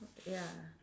ya